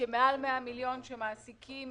שמעל 100 מיליון, שמעסיקות